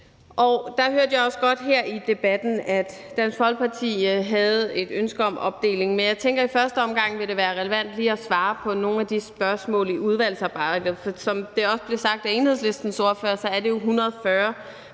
Og der hørte jeg også godt her i debatten, at Dansk Folkeparti havde et ønske om deling af forslaget, men jeg tænker, at det i første omgang vil være relevant lige at svare på nogle af de spørgsmål i udvalgsarbejdet. For som det også blev sagt af Enhedslistens ordfører, er det jo ca.